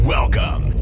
Welcome